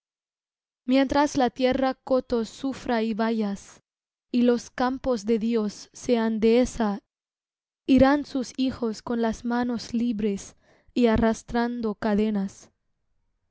mientras la tierra cotos sufra y vallas y los campos de dios sean dehesa irán sus hijos con las manos libres y arrastrando cadenas